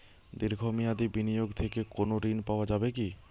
দীর্ঘ মেয়াদি বিনিয়োগ থেকে কোনো ঋন পাওয়া যাবে কী?